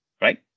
right